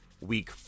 week